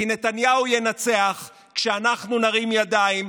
כי נתניהו ינצח כשאנחנו נרים ידיים,